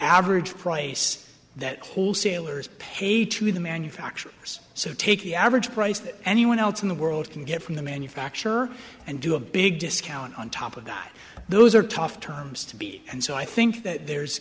average price that wholesalers pay to the manufacturers so take the average price that anyone else in the world can get from the manufacturer and do a big discount on top of that those are tough terms to be and so i think that there's